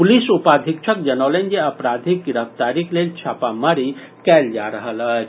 police उपाधीक्षक जनौलनि जे अपराधीक गिरफ्तारीक लेल छापामारी कयल जा रहल अछि